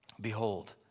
Behold